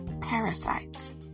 parasites